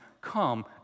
come